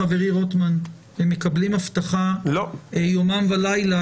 חברי רוטמן, הם מקבלים אבטחה יומם ולילה.